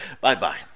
bye-bye